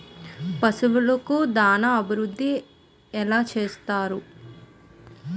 పశువులకు దాన అభివృద్ధి ఎలా చేస్తారు?